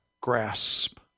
grasp